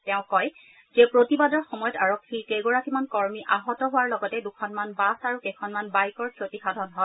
তেওঁ কয় যে প্ৰতিবাদৰ সময়ত আৰক্ষীৰ কেইগৰাকীমান কৰ্মী আহত হোৱাৰ লগতে দুখনমান বাছ আৰু কেইখনমান বাইকৰ ক্ষতিসাধন হয়